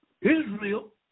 Israel